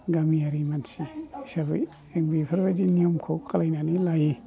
गामियारि मानसि हिसाबै आं बेफोरबायदि नियमखौ खालायनानै लायो